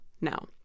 now